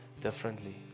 differently